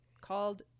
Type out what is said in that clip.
called